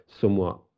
somewhat